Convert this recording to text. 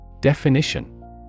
Definition